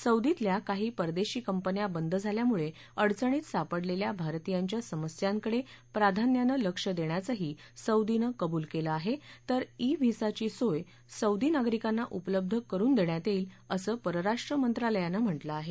सौदीतल्या काही परदेशी कंपन्या बंद झाल्यामुळे अडचणीत सापडलेल्या भारतीयांच्या समस्यांकडे प्राधान्यानं लक्ष्य देण्याचंही सौदीनं कबूल केलं आहे तर ई व्हिसाची सोय सौदी नागरिकांना उपलब्ध करुन देण्यात येईल असं परराष्ट्र मंत्रालयानं म्हाऊं आहे